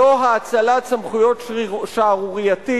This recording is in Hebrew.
זו האצלת סמכויות שערורייתית,